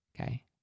okay